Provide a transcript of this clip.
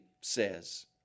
says